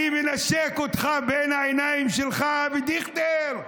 אני מנשק אותך בין העיניים שלך, אבי דיכטר.